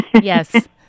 Yes